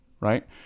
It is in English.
right